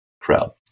crowd